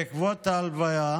בעקבות ההלוויה,